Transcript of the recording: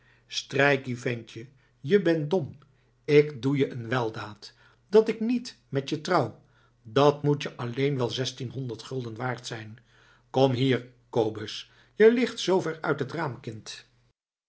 strijkkie ventje je bent dom ik doe je een weldaad dat ik niet met je trouw dat moet je alleen wel zestien honderd gulden waard zijn kom hier kobus je ligt zoo ver uit het raam kind